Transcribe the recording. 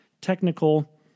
technical